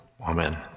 Amen